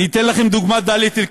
אני אתן לכם דוגמה מדאלית-אלכרמל.